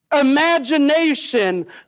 imagination